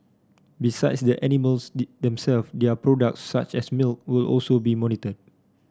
besides the animals their products such as milk will also be monitored